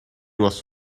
was